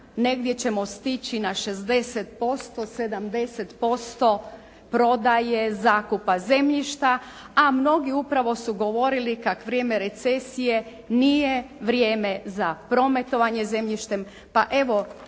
negdje ćemo stići na 60%, 70% prodaje zakupa zemljišta a mnogi upravo su govorili kako vrijeme recesije nije vrijeme za prometovanje zemljištem, pa evo